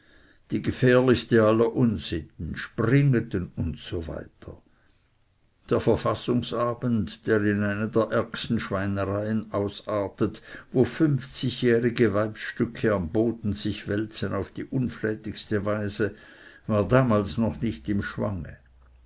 die gefährlichste aller unsitten springeten usw der verfassungsabend der in eine der ärgsten schweinereien ausartet wo fünfzigjährige weibsstücke am boden sich wälzen auf die unflätigste weise war damals noch nicht im schwange